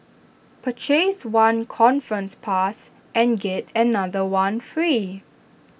purchase one conference pass and get another one free